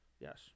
Yes